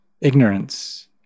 ignorance